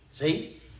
See